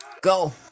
Go